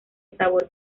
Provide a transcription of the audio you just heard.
sabor